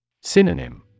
Synonym